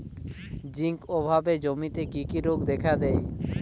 Zinc অভাবে জমিতে কি কি রোগ দেখাদেয়?